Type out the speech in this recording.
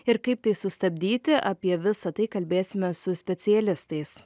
ir kaip tai sustabdyti apie visa tai kalbėsime su specialistais